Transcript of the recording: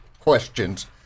questions